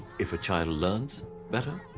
if a child learns better